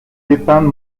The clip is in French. dépeindre